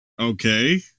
Okay